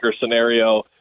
scenario